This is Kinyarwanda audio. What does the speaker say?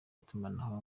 itumanaho